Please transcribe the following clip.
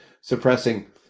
suppressing